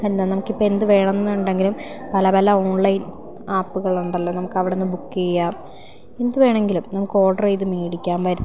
എന്താ നമുക്കിപ്പെന്തു വേണമെന്നുണ്ടെങ്കിലും പല പല ഓൺലൈൻ ആപ്പുകളുണ്ടല്ലോ നമുക്കവിടെ നിന്ന് ബുക്ക് ചെയ്യാം എന്തു വേണമെങ്കിലും നമുക്ക് ഓർഡർ ചെയ്തു മേടിക്കാം വരുത്താം